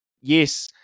Yes